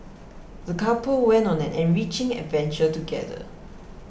the couple went on an enriching adventure together